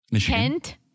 Kent